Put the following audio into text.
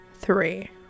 three